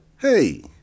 Hey